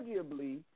Arguably